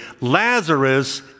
Lazarus